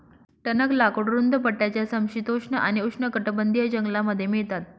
टणक लाकूड रुंद पट्ट्याच्या समशीतोष्ण आणि उष्णकटिबंधीय जंगलांमध्ये मिळतात